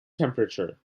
temperature